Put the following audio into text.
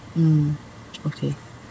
mm okay